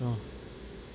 oh